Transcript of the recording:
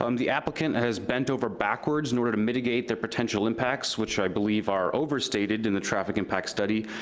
um the applicant has bent over backwards in order to mitigate the potential impacts, which i believe are overstated in the traffic impact study,